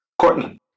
Courtney